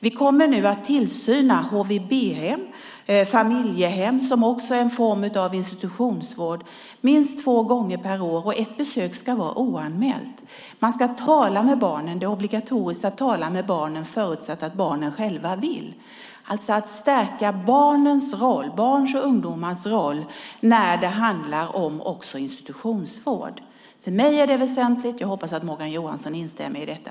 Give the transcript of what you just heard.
Vi kommer nu att tillsyna HVB-hem, familjehem, som också är en form av institutionsvård, minst två gånger per år varav ett besök ska vara oanmält. Man ska tala med barnen. Det är obligatoriskt att tala med barnen, förutsatt att barnen själva vill det. Det är väsentligt för mig att stärka barns och ungdomars roll när det handlar om institutionsvård. Jag hoppas att Morgan Johansson instämmer i detta.